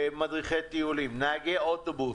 מדריכי טיולים, נהגי אוטובוס.